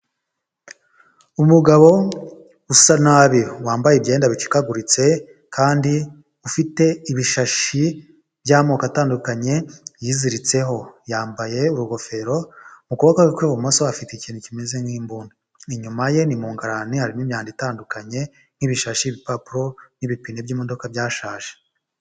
Umugabo usa nabi wambaye ibyenda bicikaguritse kandi ufite ibishashi by'amoko atandukanye yiziritseho, yambaye urugofero mu kuboko kwe kw'ibumoso afite ikintu kimeze nk'imbunda, inyuma ye ni mu ngarani harimo imyanda itandukanye nk'ibishashi, ibipapuro n'ibipe by'imodoka byashaje.